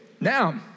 now